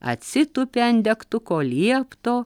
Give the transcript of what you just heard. atsitūpė ant degtuko liepto